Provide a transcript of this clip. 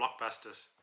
blockbusters